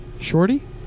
Shorty